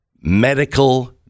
medical